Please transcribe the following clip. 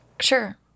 Sure